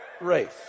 race